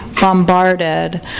bombarded